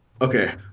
Okay